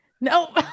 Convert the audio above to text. No